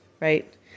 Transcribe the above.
Right